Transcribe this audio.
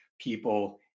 people